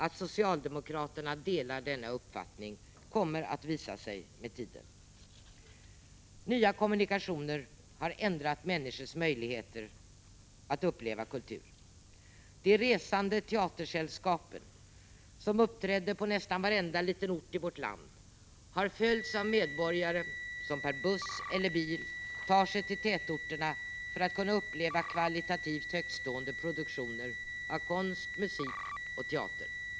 Att socialdemokraterna delar denna uppfattning kommer att visa sig med tiden. Nya kommunikationer har ändrat människors möjligheter att uppleva kultur. De resande teatersällskapen, som uppträdde på nästan varenda liten ort i vårt land, har följts av medborgare som per buss eller bil tar sig till tätorterna för att kunna uppleva kvalitativt högtstående produktioner av konst, musik och teater.